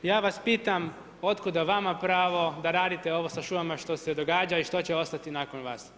Ja vas pitam otkuda vama pravo da radite ovo sa šumama što se događa i što će ostati nakon vas?